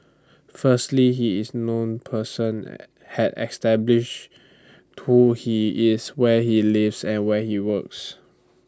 firstly he is A known person had establish who he is where he lives and where he works